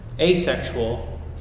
Asexual